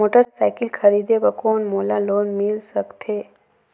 Motorcycle खरीदे बर कौन मोला लोन मिल सकथे?